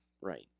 right